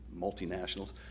multinationals